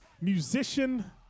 musician